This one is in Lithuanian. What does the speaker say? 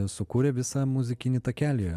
sukūrė visą muzikinį takelį